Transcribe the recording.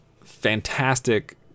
fantastic